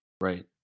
Right